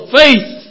faith